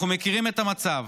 אנחנו מכירים את המצב.